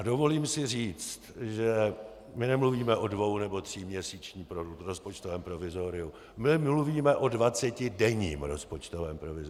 A dovolím si říct, že my nemluvíme o dvou nebo tříměsíčním rozpočtovém provizoriu, my mluvíme o dvacetidenním rozpočtovém provizoriu.